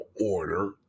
order